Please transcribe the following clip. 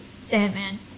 Sandman